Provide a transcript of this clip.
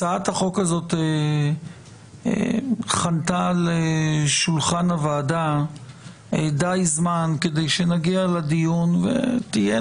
הצעת החוק הזאת חנתה על שולחן הוועדה די זמן כדי שנגיע לדיון ותהיה